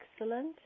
Excellent